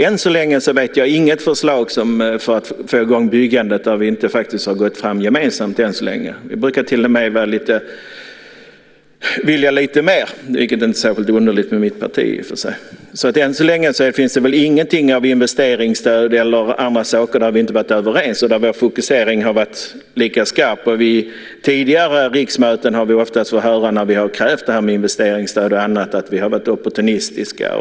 Än så länge vet jag inget förslag för att få fart på byggandet där vi inte har gått fram gemensamt. Vi i Vänsterpartiet brukar till och med vilja lite mer, vilket inte är särskilt underligt med tanke på mitt parti. Än så länge finns det ingenting av investeringsstöd eller andra insatser där vi inte har varit överens. I de fallen har vår fokusering varit lika skarp. Vid tidigare riksmöten när vi i Vänsterpartiet har krävt investeringsstöd har vi fått höra att vi har varit opportunistiska.